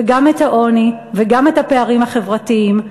וגם את העוני וגם את הפערים החברתיים.